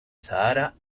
sahara